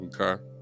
okay